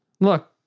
Look